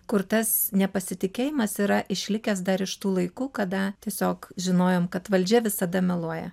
kur tas nepasitikėjimas yra išlikęs dar iš tų laikų kada tiesiog žinojom kad valdžia visada meluoja